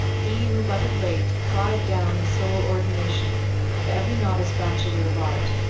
he who but of late cried down the sole ordination of every novice bachelor of art,